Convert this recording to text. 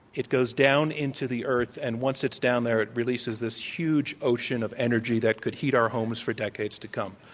it goes down into the earth, and once it's down there, it releases this huge ocean of energy that could heat our homes for decades to come?